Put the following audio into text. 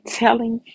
telling